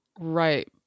Right